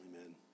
Amen